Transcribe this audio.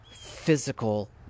physical